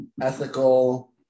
ethical